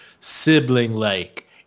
sibling-like